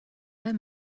where